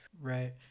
right